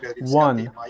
one